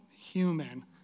human